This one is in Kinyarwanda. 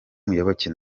muyoboke